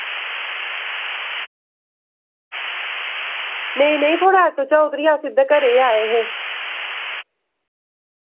नेईं नेईं थुआढ़े आटो चा उतरियै अस सिद्धे घरै गी गै आए हे